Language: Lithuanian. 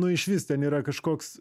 nu išvis ten yra kažkoks